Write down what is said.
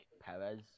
Perez